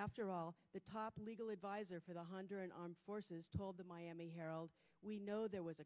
after all the top legal adviser for the honduran armed forces told the miami herald we know there was a